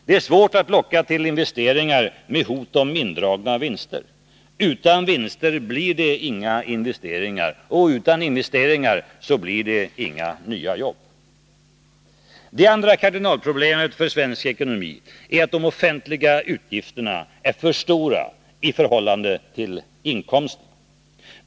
Det är svårt att locka till investeringar med hot om indragna vinster. Utan vinster blir det inga investeringar, och utan investeringar blir det inga nya jobb. Det andra kardinalproblemet för svensk ekonomi är att de offentliga utgifterna är för stora i förhållande till inkomsterna.